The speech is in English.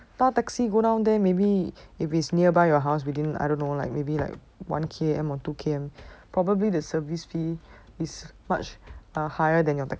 搭 taxi go down there maybe if is nearby your house within I don't know like maybe like one K_M or two K_M probably the service fee is much higher than your taxi